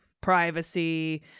privacy